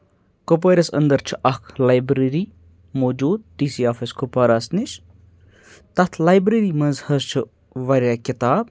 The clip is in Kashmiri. کُپوٲرِس اَندَر چھِ اَکھ لایبرٔری موٗجوٗد ڈی سی آفِس کُپوارہَس نِش تَتھ لایبرٔری منٛز حظ چھِ واریاہ کِتاب